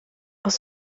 aus